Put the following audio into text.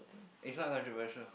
is not controversial